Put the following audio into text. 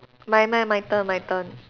my my my turn my turn